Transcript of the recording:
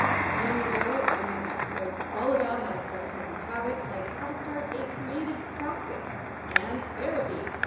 in january, we're going to have episodes all about how to start healthy habits, like how to start a creative practice and therapy.